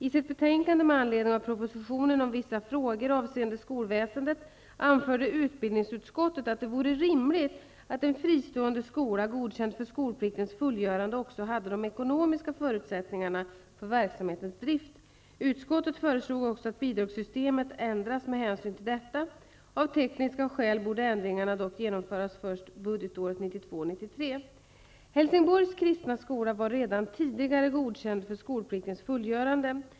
I sitt betänkande med anledning av propositionen om vissa frågor avseende skolväsendet anförde utbildningsutskottet att det vore rimligt att en fristående skola godkänd för skolpliktens fullgörande också hade de ekonomiska förutsättningarna för verksamhetens drift. Utskottet föreslog också att bidragssystemet ändras med hänsyn till detta. Av tekniska skäl borde ändringarna dock genomföras först budgetåret Helsingborgs kristna skola var redan tidigare godkänd för skolpliktens fullgörande.